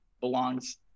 belongs